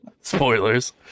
Spoilers